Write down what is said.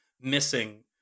missing